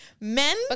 Men